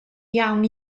iawn